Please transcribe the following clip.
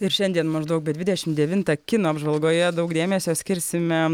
ir šiandien maždaug be dvidešimt devintą kino apžvalgoje daug dėmesio skirsime